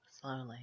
slowly